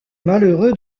malheureux